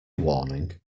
warning